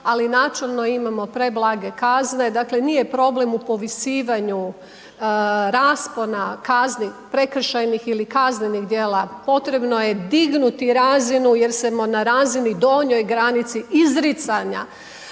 ali načelno imamo preblage kazne. Dakle, nije problem u povisivanju raspona kazni prekršajnih ili kaznenih djela, potrebno je dignuti razinu jer smo na razini donjoj granici izricanja